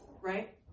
right